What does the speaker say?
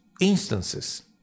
instances